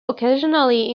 occasionally